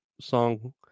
song